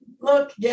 Look